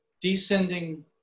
descending